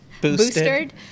boosted